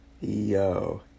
Yo